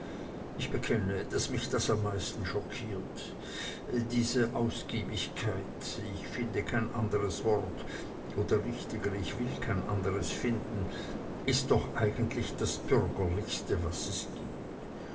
ich bekenne daß mich das am meisten schockiert diese ausgiebigkeit ich finde kein andres wort oder richtiger ich will kein andres finden ist doch eigentlich das bürgerlichste was es gibt